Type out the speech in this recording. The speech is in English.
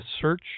search